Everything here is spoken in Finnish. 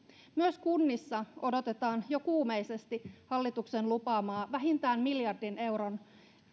myös kunnissa odotetaan jo kuumeisesti hallituksen lupaamaa vähintään miljardin euron